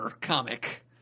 comic